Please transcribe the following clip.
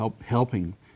helping